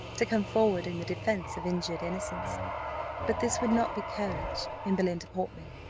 to come forward in the defence of injured innocence but this would not be courage in belinda portman,